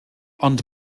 ond